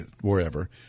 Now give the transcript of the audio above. wherever